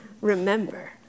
remember